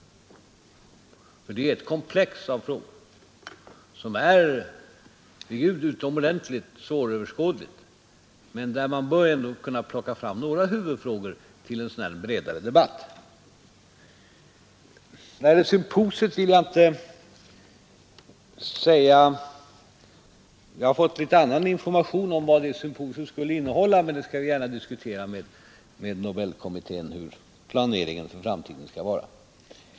Det gäller ju ett komplex av frågor, som är utomordentligt svåröverskådliga men där man ändå bör kunna plocka fram några huvudspörsmål till en bredare debatt. Beträffande det berörda symposiet vill jag säga att jag fått en något annan information om vad som där skall avhandlas men att vi gärna skall diskutera med Nobelkommittén om hurudan planeringen för framtiden skall vara.